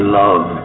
love